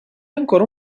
ancora